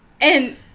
And-